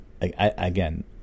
Again